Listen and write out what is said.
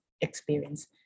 experience